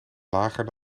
lager